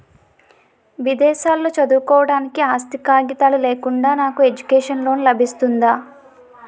విదేశాలలో చదువుకోవడానికి ఆస్తి కాగితాలు లేకుండా నాకు ఎడ్యుకేషన్ లోన్ లబిస్తుందా?